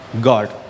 God